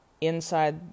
inside